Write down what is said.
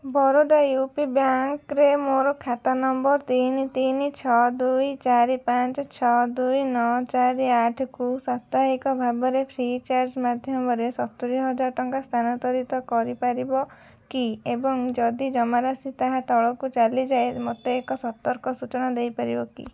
Baroda UP ବ୍ୟାଙ୍କ୍ରେ ମୋର ଖାତା ନମ୍ବର ତିନି ତିନି ଛଅ ଦୁଇ ଚାରି ପାଞ୍ଚ ଛଅ ଦୁଇ ନଅ ଚାରି ଆଠକୁ ସାପ୍ତାହିକ ଭାବରେ ଫ୍ରି ଚାର୍ଜ୍ ମାଧ୍ୟମରେ ସତୁରି ହଜାର ଟଙ୍କା ସ୍ଥାନାନ୍ତରିତ କରିପାରିବ କି ଏବଂ ଯଦି ଜମାରାଶି ତାହା ତଳକୁ ଚାଲିଯାଏ ମୋତେ ଏକ ସତର୍କ ସୂଚନା ଦେଇପାରିବ କି